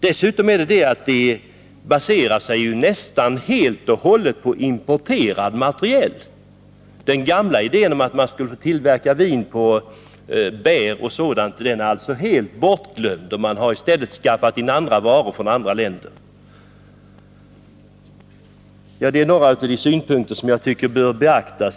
Dessutom baseras denna kvantitet nästan helt och hållet på importerade varor. Den gamla idén att tillverka vin av frukt och bär har nästan helt blivit bortglömd, och man har i stället skaffat in råvaror från andra länder. Detta är några av de synpunkter som jag tycker bör beaktas.